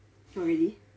oh really